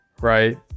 right